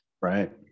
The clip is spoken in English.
Right